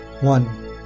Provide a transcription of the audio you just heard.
One